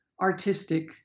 artistic